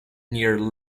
near